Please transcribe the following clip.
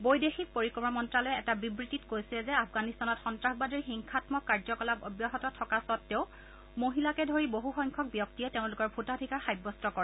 বৈদেশিক পৰিক্ৰমা মন্তালয়ে এটা বিবৃতিত কৈছে যে আফগানিস্তানত সন্তাসবাদীৰ হিংসামক কাৰ্যকলাপ অব্যাহত থকা স্বতেও মহিলাকে ধৰি বহুসংখ্যক ব্যক্তিয়ে তেওঁলোকৰ ভোটাধিকাৰ সাব্যস্ত কৰে